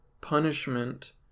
punishment